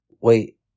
Wait